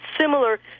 similar